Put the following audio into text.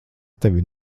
tevi